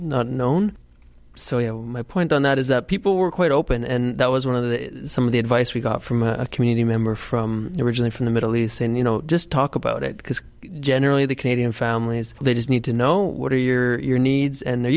not known so my point on that is that people were quite open and that was one of the some of the advice we got from a community member from originally from the middle east and you know just talk about it because generally the canadian families they just need to know what are your needs and the